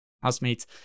housemates